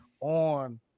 on